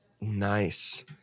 Nice